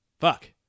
Fuck